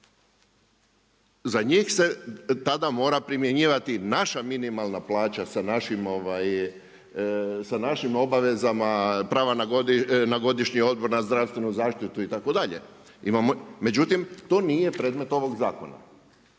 za njih tada mora primjenjivati naša minimalna plaća sa našim obavezama, prava na godišnji odmor, na zdravstvenu zaštitu itd. Međutim, to nije predmet ovog zakona.